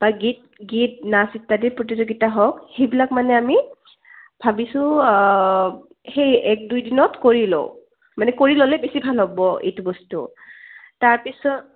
বা গীত গীত নাচ ইত্যাদিৰ প্ৰতিযোগিতা হওক সেইবিলাক মানে আমি ভাবিছোঁ সেই এক দুইদিনত কৰি লওঁ মানে কৰি ল'লে বেছি ভাল হ'ব এইটো বস্তু তাৰপিছত